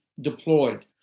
deployed